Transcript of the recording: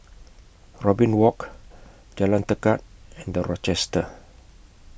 Robin Walk Jalan Tekad and The Rochester